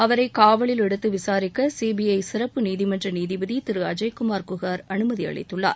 அவரை காவலில் எடுத்து விசாரிக்க சிபிஐ சிறப்பு நீதிமன்ற நீதிபதி திரு அஜய்குமார் குகர் அனுமதி அளித்துள்ளார்